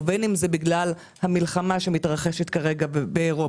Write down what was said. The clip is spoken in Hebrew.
ובין אם זה בגלל המלחמה שמתרחשת כרגע באירופה,